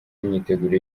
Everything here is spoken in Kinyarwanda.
imyiteguro